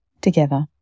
together